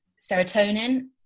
serotonin